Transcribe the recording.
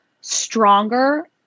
stronger